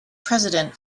president